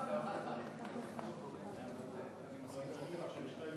סבטלובה, בבקשה.